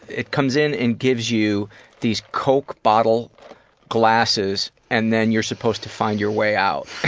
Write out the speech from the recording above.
it comes in and gives you these coke bottle glasses and then you're supposed to find your way out.